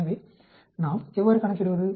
எனவே நாம் எவ்வாறு கணக்கிடுவது